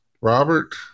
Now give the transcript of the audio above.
Robert